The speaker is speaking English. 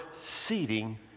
seating